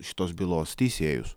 šitos bylos teisėjus